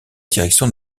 direction